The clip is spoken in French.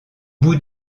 bout